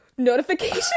notification